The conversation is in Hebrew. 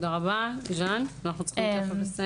תודה רבה, ז'אן, אנחנו צריכים תיכף לסיים.